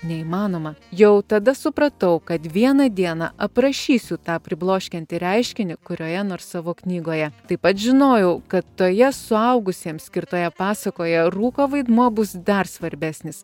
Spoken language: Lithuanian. neįmanoma jau tada supratau kad vieną dieną aprašysiu tą pribloškiantį reiškinį kurioje nors savo knygoje taip pat žinojau kad toje suaugusiems skirtoje pasakoje rūko vaidmuo bus dar svarbesnis